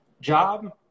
job